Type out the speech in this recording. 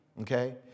Okay